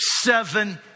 seven